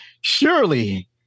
surely